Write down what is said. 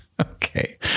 Okay